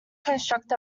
construct